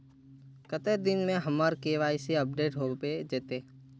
कते दिन में हमर के.वाई.सी अपडेट होबे जयते?